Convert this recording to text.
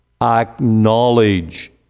acknowledge